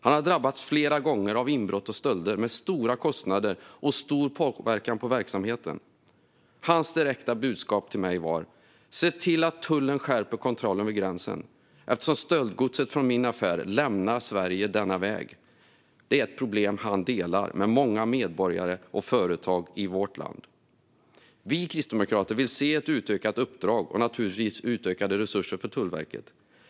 Han har flera gånger drabbats av inbrott och stölder med stora kostnader och stor påverkan på verksamheten som följd. Hans direkta budskap till mig var att se till att tullen skärper kontrollen vid gränsen eftersom stöldgodset från hans affär lämnar Sverige denna väg. Det är ett problem som han delar med många medborgare och företag i vårt land. Vi kristdemokrater vill se ett utökat uppdrag och naturligtvis utökade resurser till Tullverket.